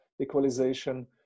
equalization